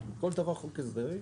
חוק ההסדרים